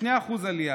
2% עלייה,